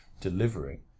delivering